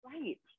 Right